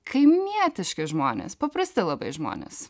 kaimietiški žmonės paprasti labai žmonės